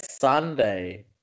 sunday